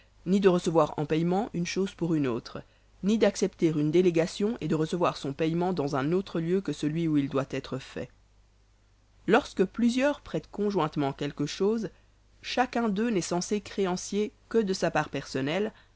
ni de recevoir en paiement une chose pour une autre ni d'accepter une délégation et de recevoir son paiement dans un autre lieu que celui où il doit être fait lorsque plusieurs prêtent conjointement quelque chose chacun d'eux n'est censé créancier que de sa part personnelle